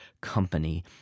company